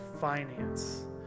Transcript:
finance